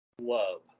love